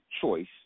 choice